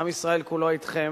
עם ישראל כולו אתכם,